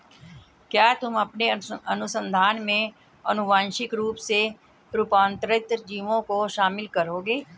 क्या तुम अपने अनुसंधान में आनुवांशिक रूप से रूपांतरित जीवों को शामिल करोगे?